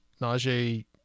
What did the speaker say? Najee